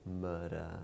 murder